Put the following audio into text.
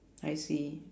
I see